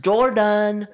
Jordan